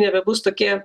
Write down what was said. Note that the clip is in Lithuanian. nebebus tokie